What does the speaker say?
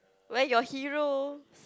where your hero